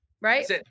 Right